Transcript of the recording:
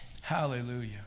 Hallelujah